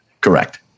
correct